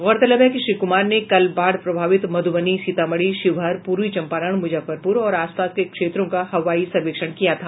गौरतलब है कि श्री कुमार ने कल बाढ़ प्रभावित मध्रबनी सीतामढ़ी शिवहर पूर्वी चंपारण मुजफ्फरपुर और आसपास के क्षेत्रों का हवाई सर्वेक्षण किया था